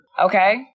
Okay